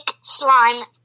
slime